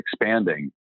expanding